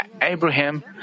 Abraham